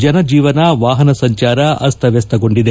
ಜನಜೀವನ ವಾಹನ ಸಂಚಾರ ಅಸ್ತಮ್ನಸ್ತಗೊಂಡಿದೆ